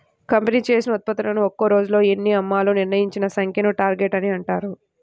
company చేసిన ఉత్పత్తులను ఒక్క రోజులో ఎన్ని అమ్మాలో నిర్ణయించిన సంఖ్యను టార్గెట్ అని అంటారు